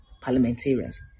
parliamentarians